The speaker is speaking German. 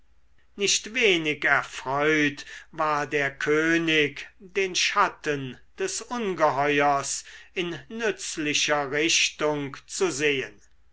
nicht wenig erfreut war der könig den schatten des ungeheuers in nützlicher richtung zu sehen